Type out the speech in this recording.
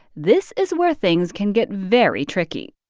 this is where things can get very tricky